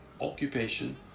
occupation